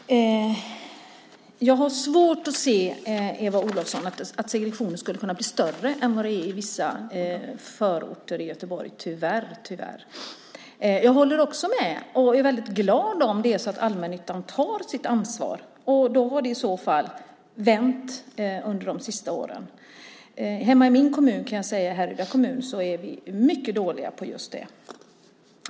Fru talman! Jag har tyvärr svårt att se, Eva Olofsson, att segregationen skulle kunna bli större än vad den är i vissa förorter i Göteborg. Jag är väldigt glad om det är så att allmännyttan tar sitt ansvar. Då har det i så fall vänt under de senaste åren. Hemma i min kommun, Härryda kommun, är vi mycket dåliga på just det.